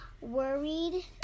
worried